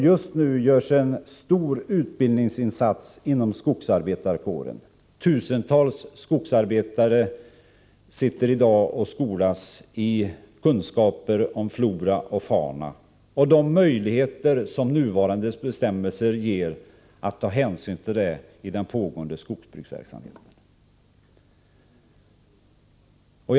Just nu görs en stor utbildningsinsats inom skogsarbetarkåren. Tusentals skogsarbetare skolas i dag för att få kunskaper om flora och fauna och de möjligheter som nuvarande bestämmelser ger när det gäller att ta hänsyn till dessa i den pågående skogsbruksverksamheten.